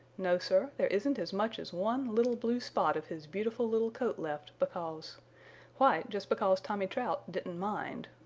no sir, there isn't as much as one little blue spot of his beautiful little coat left because why, just because tommy trout didn't mind.